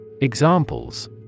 Examples